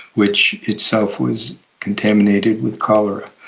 which itself was contaminated with cholera.